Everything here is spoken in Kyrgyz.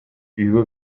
үйгө